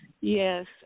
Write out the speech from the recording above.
yes